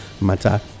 matter